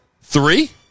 Three